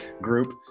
group